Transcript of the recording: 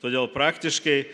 todėl praktiškai